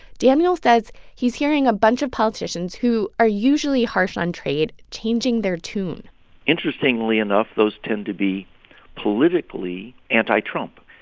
daniel says he's hearing a bunch of politicians who are usually harsh on trade changing their tune interestingly enough, those tend to be politically anti-trump.